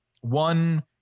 one